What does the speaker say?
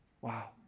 Wow